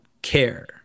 care